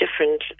different